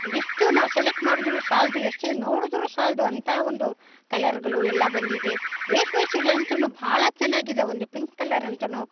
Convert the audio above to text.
ಎಷ್ಟು ನಾವು ಸೆಲೆಕ್ಟ್ ಮಾಡಿದ್ರೂ ಸಾಲದು ಎಷ್ಟೇ ನೋಡಿದ್ರೂ ಸಾಲದು ಅಂತ ಒಂದು ಕಲರ್ಗಳು ಎಲ್ಲ ಬಂದಿದೆ ರೇಷ್ಮೆ ಸೀರೆ ಅಂತೂ ಭಾಳ ಚೆನ್ನಾಗಿದೆ ಒಂದು ಪಿಂಕ್ ಕಲರ್ ಅಂತೂ